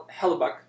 Hellebuck